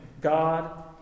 God